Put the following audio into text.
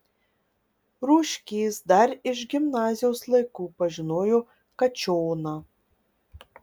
rūškys dar iš gimnazijos laikų pažinojo kačioną